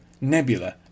Nebula